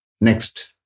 Next